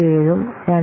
7 ഉം 2